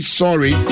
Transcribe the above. sorry